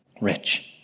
rich